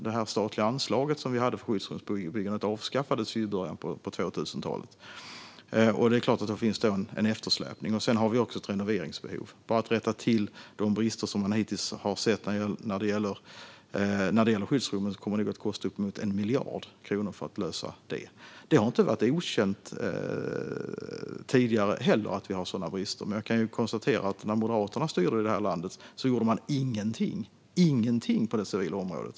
Det statliga anslag som vi hade för skyddsrumsbyggande avskaffades ju i början av 2000-talet, och det är klart att det finns en eftersläpning. Vi har också ett renoveringsbehov. Bara att rätta till de brister som man hittills har sett när det gäller skyddsrummen kommer nog att kosta uppemot 1 miljard kronor. Det har inte varit okänt tidigare heller att vi har sådana brister. Men jag kan konstatera att när Moderaterna styrde det här landet gjorde man ingenting på det civila området.